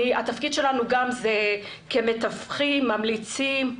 התפקיד שלנו הוא להיות מתווכים, ממליצים.